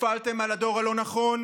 נפלתם על הדור הלא-נכון,